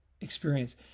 experience